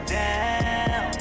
down